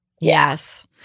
Yes